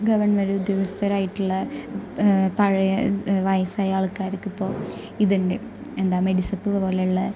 government ഉദ്യോഗസ്ഥരായിട്ടുള്ള പഴയ വയസ്സായ ആൾക്കാർക്കിപ്പോൾ ഇതുണ്ട് എന്താ മെഡിസിപ്പ് പോലുള്ള